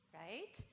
right